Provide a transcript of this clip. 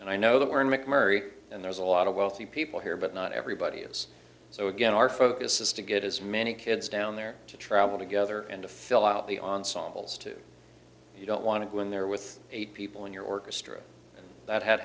and i know that we're in mcmurtrie and there's a lot of wealthy people here but not everybody is so again our focus is to get as many kids down there to travel together and to fill out the ensembles to you don't want to go in there with eight people in your orchestra that had